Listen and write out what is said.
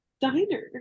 diner